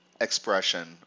expression